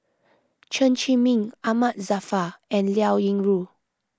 Chen Zhiming Ahmad Jaafar and Liao Yingru